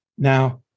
Now